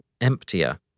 emptier